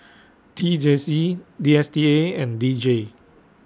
T J C D S T A and D J